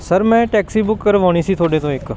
sir ਮੈਂ taxi book ਕਰਵਾਉਣੀ ਸੀ ਤੁਹਾਡੇ ਤੋਂ ਇੱਕ